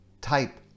type